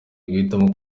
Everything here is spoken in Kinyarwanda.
guhitamo